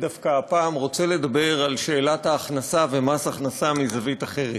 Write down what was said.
הפעם דווקא רוצה לדבר על שאלת ההכנסה ומס ההכנסה מזווית אחרת,